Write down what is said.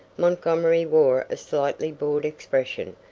montgomery wore a slightly bored expression,